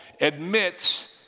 admits